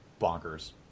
bonkers